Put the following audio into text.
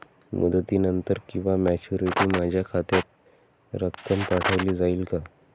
मुदतीनंतर किंवा मॅच्युरिटी माझ्या खात्यात रक्कम पाठवली जाईल का?